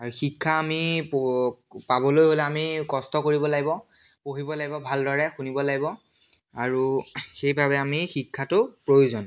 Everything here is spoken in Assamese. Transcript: আৰু শিক্ষা আমি প পাবলৈ হ'লে আমি কষ্ট কৰিব লাগিব পঢ়িব লাগিব ভালদৰে শুনিব লাগিব আৰু সেইবাবে আমি শিক্ষাটো প্ৰয়োজন